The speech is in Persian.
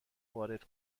وارد